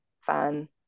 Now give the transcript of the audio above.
fan